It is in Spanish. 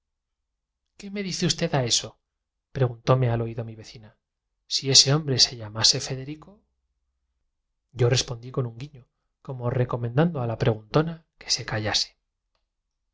qué me dice usted a eso preguntóme al oído mi vecina si ese hombre se llamase federico misma sencillez que a mí magnán me miró largo rato de hito en hito y tras esta espantosa pausa me respondió con febril vivacidad lo yo respondí con un guiño como recomendando a la preguntona que se callase